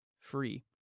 free